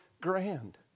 grand